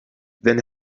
then